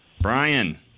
Brian